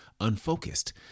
unfocused